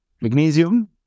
magnesium